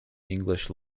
english